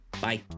Bye